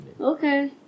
Okay